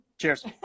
Cheers